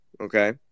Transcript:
Okay